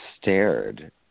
stared